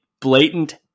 blatant